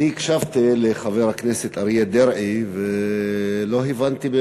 אני הקשבתי לחבר הכנסת אריה דרעי ולא הבנתי,